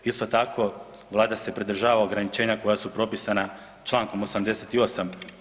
Isto tako Vlada se pridržava ograničenja koja su propisana člankom 88.